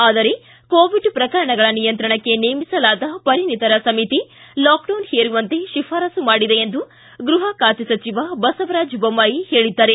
ಆದರೆ ಕೋವಿಡ್ ಪ್ರಕರಣಗಳ ನಿಯಂತ್ರಣಕ್ಕೆ ನೇಮಿಸಲಾದ ಪರಿಣಿತರ ಸಮಿತಿ ಲಾಕ್ಡೌನ್ ಹೇರುವಂತೆ ಶಿಫಾರಸು ಮಾಡಿದೆ ಎಂದು ಗೃಪ ಖಾತೆ ಸಚಿವ ಬಸವರಾಜ ಬೊಮ್ನಾಯಿ ಹೇಳಿದ್ದಾರೆ